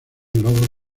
lobos